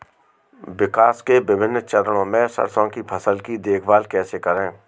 विकास के विभिन्न चरणों में सरसों की फसल की देखभाल कैसे करें?